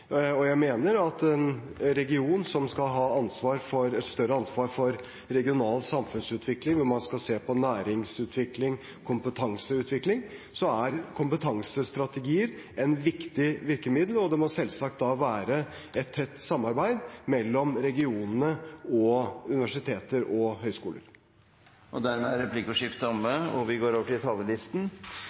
og videreutdanning. Jeg mener at for en region som skal ha større ansvar for regional samfunnsutvikling, hvor man skal se på næringsutvikling og kompetanseutvikling, er kompetansestrategier et viktig virkemiddel. Det må da selvsagt være et tett samarbeid mellom regionene og universiteter og høyskoler. Dermed er replikkordskiftet omme.